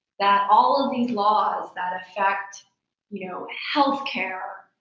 that all of these laws that affect you know health care,